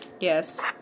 Yes